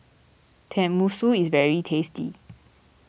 Tenmusu is very tasty